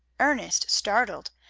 ernest started.